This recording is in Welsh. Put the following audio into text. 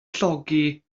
llogi